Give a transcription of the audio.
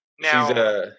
Now